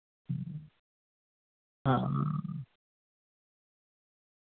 हां